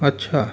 अच्छा